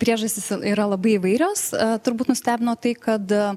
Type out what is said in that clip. priežastys yra labai įvairios turbūt nustebino tai kad